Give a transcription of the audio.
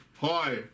hi